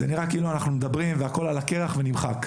זה נראה כאילו אנחנו מדברים והכל על הקרח ונמחק.